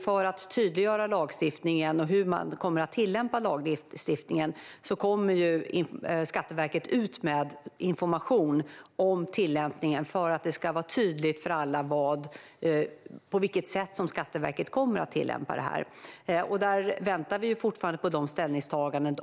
För att tydliggöra lagstiftningen och hur man kommer att tillämpa den kommer Skatteverket ut med information för att det ska vara tydligt för alla på vilket sätt Skatteverket kommer att tillämpa detta. Vi väntar fortfarande på de ställningstagandena.